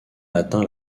atteint